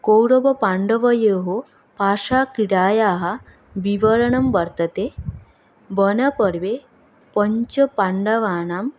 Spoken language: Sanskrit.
कौरवपाण्डवयोः पाशाक्रीडायाः विवरणं वर्तते वनपर्वे पञ्चपाण्डवानां